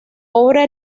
obra